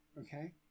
Okay